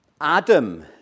Adam